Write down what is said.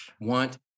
want